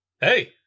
Hey